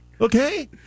Okay